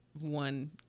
one